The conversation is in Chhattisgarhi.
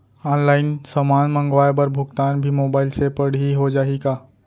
ऑनलाइन समान मंगवाय बर भुगतान भी मोबाइल से पड़ही हो जाही का?